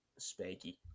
Spanky